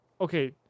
okay